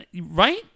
Right